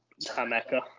Tameka